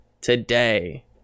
today